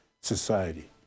society